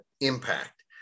impact